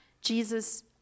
Jesus